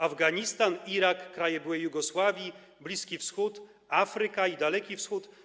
Afganistan, Irak, kraje byłej Jugosławii, Bliski Wschód, Afryka i Daleki Wschód.